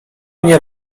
mnie